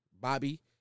Bobby